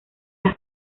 las